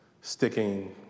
sticking